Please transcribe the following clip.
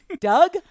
Doug